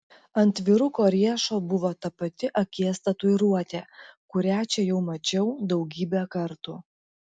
ant vyruko riešo buvo ta pati akies tatuiruotė kurią čia jau mačiau daugybę kartų